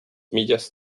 millas